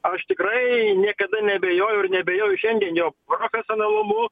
aš tikrai niekada neabejojau ir neabejoju šiandien jo profesionalumu